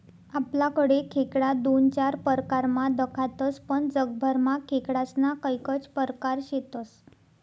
आपलाकडे खेकडा दोन चार परकारमा दखातस पण जगभरमा खेकडास्ना कैकज परकार शेतस